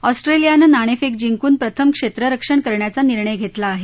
ऑस्ट्रेलियानं नाणेफेक जिंकून प्रथम क्षेत्ररक्षण करायचा निर्णय घेतला आहे